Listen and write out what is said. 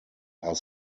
are